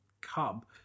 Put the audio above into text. cub